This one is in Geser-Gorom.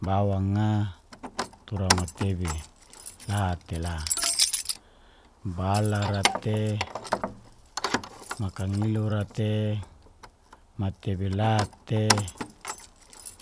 Bawang a, tura matebi la tela balar ra te, makangilura te, matebi la te